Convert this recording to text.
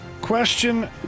Question